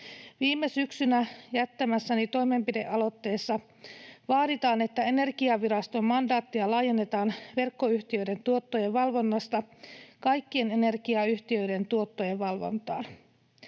Viime syksynä jättämässäni toimenpidealoitteessa vaaditaan, että Energiaviraston mandaattia laajennetaan verkkoyhtiöiden tuottojen valvonnasta kaikkien energiayhtiöiden tuottojen valvontaan.